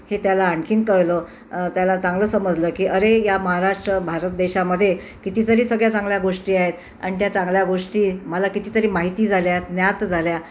हे त्याला आणखीन कळलं त्याला चांगलं समजलं की अरे या महाराष्ट्र भारत देशामध्ये कितीतरी सगळ्या चांगल्या गोष्टी आहेत आणि त्या चांगल्या गोष्टी मला कितीतरी माहिती झाल्या ज्ञात झाल्या